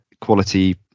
quality